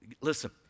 Listen